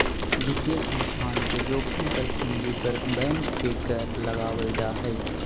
वित्तीय संस्थान के जोखिम पर पूंजी पर बैंक के कर लगावल जा हय